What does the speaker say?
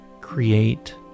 create